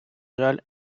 жаль